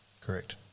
Correct